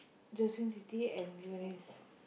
Josephine சித்தி:siththi and Bhivanes